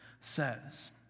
says